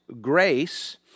grace